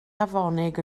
afonig